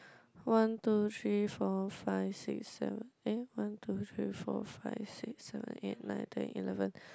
one two three four five six seven eh one two three four five six seven eight nine ten eleven